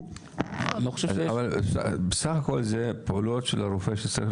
אבל בסך הכול אלה פעולות של רופא.